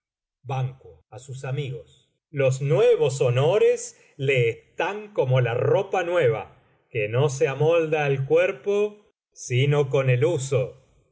yo me mueva ban a sus amigos los nuevos honores le están como la ropa nueva que no se amolda al cuerpo sino con el uso